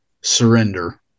surrender